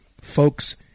folks